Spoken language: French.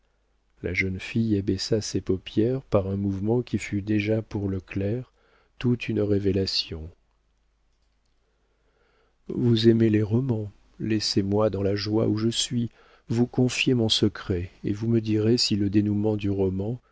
la jeune fille abaissa ses paupières par un mouvement qui fut déjà pour le clerc toute une révélation vous aimez les romans laissez-moi dans la joie où je suis vous confier mon secret et vous me direz si le dénoûment du roman